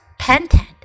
pentad